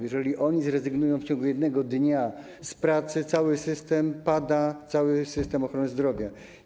Jeżeli oni zrezygnują w ciągu jednego dnia z pracy, pada cały system ochrony zdrowia.